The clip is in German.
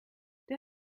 der